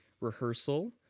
rehearsal